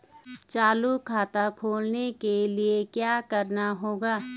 चालू खाता खोलने के लिए क्या करना होगा?